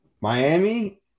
Miami